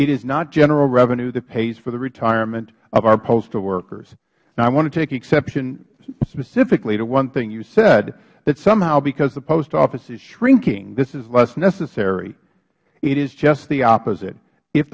it is not general revenue that pays for the retirement of our postal workers i want to take exception specifically to one thing you said that somehow because the post office is shrinking this is less necessary it is just the opposite if